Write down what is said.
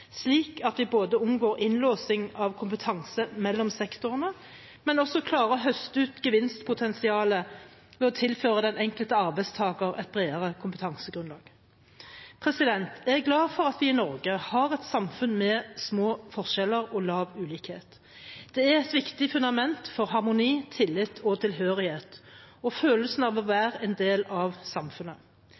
slik at vi både unngår innlåsing av kompetanse mellom sektorene og klarer å høste ut gevinstpotensialet ved å tilføre den enkelte arbeidstaker et bredere kompetansegrunnlag. Jeg er glad for at vi i Norge har et samfunn med små forskjeller og lav ulikhet. Det er et viktig fundament for harmoni, tillit og tilhørighet og følelsen av å være en del av samfunnet.